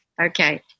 okay